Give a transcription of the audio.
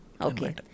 Okay